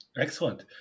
Excellent